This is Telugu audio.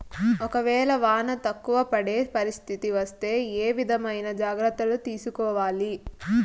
ఒక వేళ వాన తక్కువ పడే పరిస్థితి వస్తే ఏ విధమైన జాగ్రత్తలు తీసుకోవాలి?